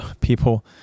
People